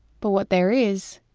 but what there is,